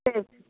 சரி சரி